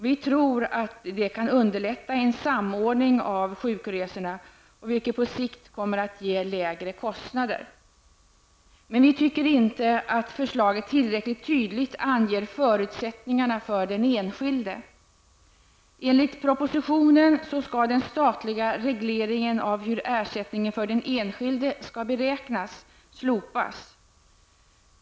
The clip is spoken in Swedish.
Vi tror att detta kan underlätta en samordning av sjukresorna, vilket på sikt kommer att ge lägre kostnader. Men vi tycker inte att förslaget tillräckligt tydligt anger förutsättningarna för den enskilde. Enligt propositionen skall den statliga regleringen av hur ersättningen för den enskilde skall beräknas slopas.